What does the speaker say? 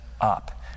up